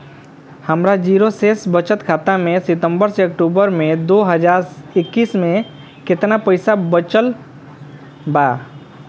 हमार जीरो शेष बचत खाता में सितंबर से अक्तूबर में दो हज़ार इक्कीस में केतना पइसा बचल बा?